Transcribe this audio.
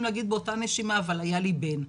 להגיד באותה נשימה 'אבל היה לי בן'.